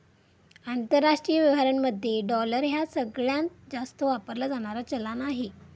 आंतरराष्ट्रीय व्यवहारांमध्ये डॉलर ह्या सगळ्यांत जास्त वापरला जाणारा चलान आहे